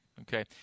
okay